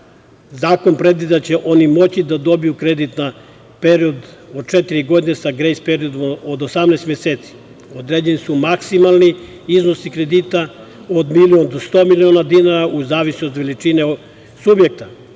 Zakon predviđa da će oni moći da dobiju kredit na period od četiri godine, sa grejs periodom od 18 meseci. Određeni su maksimalni iznosi kredita od milion do sto miliona dinara, u zavisnosti od veličine subjekta,